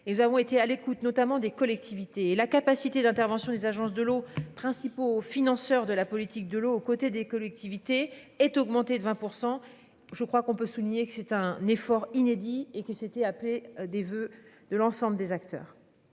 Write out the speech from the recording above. nous avons été à l'écoute, notamment des collectivités et la capacité d'intervention des agences de l'eau, principaux financeurs de la politique de l'eau aux côtés des collectivités est augmenté de 20%. Je crois qu'on peut souligner que c'est un effort inédit et qui s'était appelée des voeux de l'ensemble des acteurs.